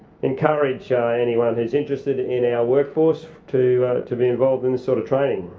encourage anyone who's interested in our workforce to to be involved in this sort of training.